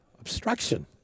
obstruction